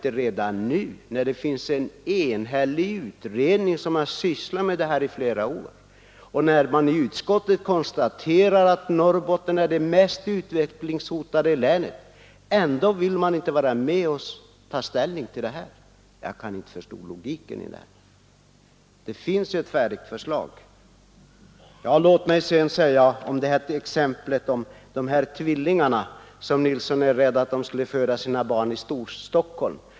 Men det hindrar inte att redan nu — när en enhällig utredning sysslat med frågorna i flera år och när utskottet konstaterar att Norrbotten är det mest utvecklingshotade länet — vara med och ta ställning för Kalix i det här hänseendet? Jag kan inte förstå logiken i detta. Det finns ett färdigt förslag. Låt mig sedan säga några ord beträffande exemplet med tvillingarna, som herr Nilsson är rädd skulle födas i Storstockholm.